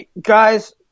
guys